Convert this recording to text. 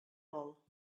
vol